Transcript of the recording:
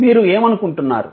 మీరు ఏమనుకుంటున్నారు